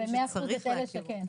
ב-100% את אלה שכן.